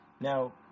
Now